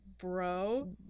bro